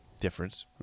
Difference